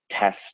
test